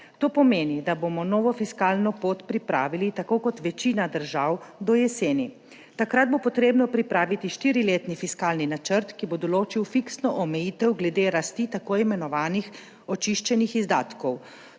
To pomeni, da bomo novo fiskalno pot pripravili tako kot večina držav, do jeseni. Takrat bo potrebno pripraviti štiriletni fiskalni načrt, ki bo določil fiksno omejitev glede rasti tako imenovanih očiščenih izdatkov.